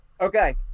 Okay